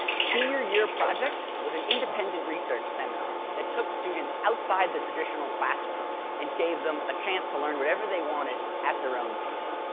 senior year project was an independent research seminar that took students outside the traditional classroom and gave them a chance to learn whatever they wanted at their own pace.